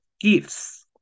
gifts